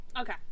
Okay